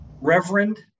Reverend